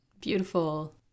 beautiful